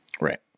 Right